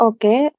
Okay